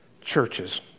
churches